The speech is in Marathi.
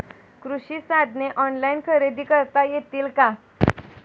कृषी साधने ऑनलाइन खरेदी करता येतील का?